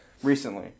recently